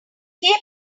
keep